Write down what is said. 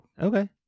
Okay